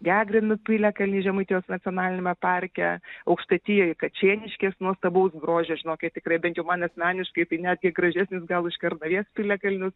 gegrinų piliakalnį žemaitijos nacionaliniame parke aukštaitijoj kačėniškės nuostabaus grožio žinokit tikrai bent jau man asmeniškai tai netgi gražesnis gal už kernavės piliakalnius